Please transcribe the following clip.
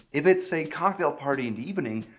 if it's a cocktail party in the evening,